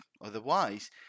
otherwise